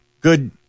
Good